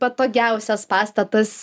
patogiausias pastatas